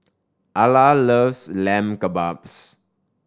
Ala loves Lamb Kebabs